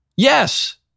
Yes